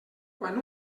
quan